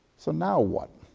so now what?